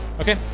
Okay